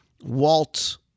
Walt